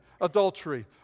adultery